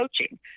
coaching